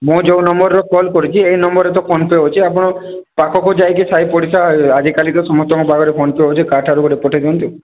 ମୁଁ ଯେଉଁ ନମ୍ବରରେ କଲ୍ କରିଛି ଏଇ ନମ୍ବରରେ ତ ଫୋନପେ ଅଛି ଆପଣ ପାଖକୁ ଯାଇକି ସାହି ପଡିସା ଆଜିକାଲି ତ ସମସ୍ତଙ୍କ ପାଖରେ ଫୋନପେ ଅଛି କାହାଠାରୁ ଗୋଟେ ପଠେଇ ଦିଅନ୍ତୁ